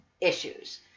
issues